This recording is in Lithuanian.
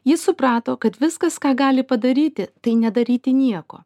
ji suprato kad viskas ką gali padaryti tai nedaryti nieko